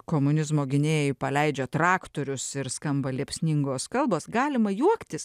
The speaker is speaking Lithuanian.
komunizmo gynėjai paleidžia traktorius ir skamba liepsningos kalbos galima juoktis